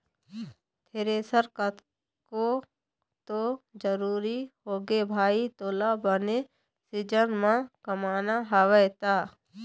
thresher तको तो जरुरी होगे भाई तोला बने सीजन म कमाना हवय त